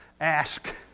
Ask